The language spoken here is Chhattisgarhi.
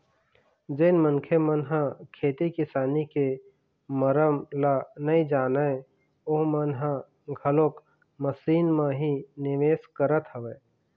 जेन मनखे मन ह खेती किसानी के मरम ल नइ जानय ओमन ह घलोक जमीन म ही निवेश करत हवय